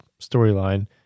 storyline